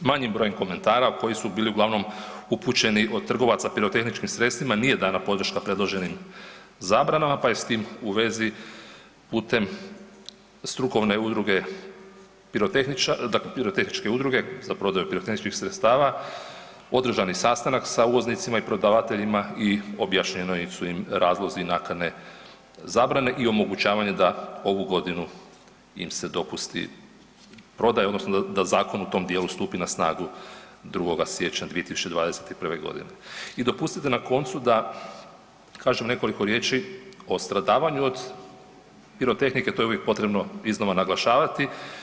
Manjem brojem komentara koji su bili uglavnom upućeni od trgovaca pirotehničkim sredstvima nije dana podrška predloženim zabranama, pa je s tim u vezi putem strukovne udruge pirotehničara, pirotehničke udruge za prodaju pirotehničkih sredstava održan je i sastanak sa uvoznicima i prodavateljima i objašnjena su im razlozi nakane zabrane i omogućavanje da ovu godinu im se dopusti prodaja odnosno da zakon u tom dijelu stupi na snagu 2. siječnja 2021.g. I dopustite na koncu da kažem nekoliko riječi o stradavanju od pirotehnike, to je uvijek potrebno iznova naglašavati.